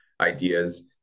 ideas